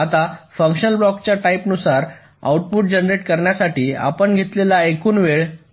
आता फंक्शनल ब्लॉकच्या टाईप नुसार आउटपुट जनरेट करण्यासाठी आपण घेतलेला एकूण वेळ अनइक्वल असू शकतो